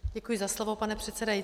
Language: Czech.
Děkuji za slovo, pane předsedající.